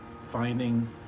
finding